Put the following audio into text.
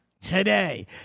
today